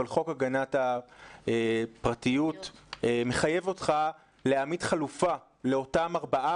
אבל חוק הגנת הפרטיות מחייב אותך להעמיד חלופה לאותם 4%,